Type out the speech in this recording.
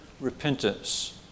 repentance